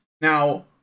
Now